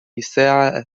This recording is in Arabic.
الساعة